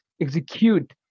execute